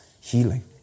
healing